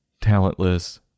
talentless